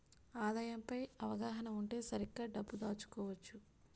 ఆదాయం పై అవగాహన ఉంటే సరిగ్గా డబ్బు దాచుకోవచ్చు